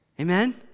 Amen